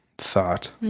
thought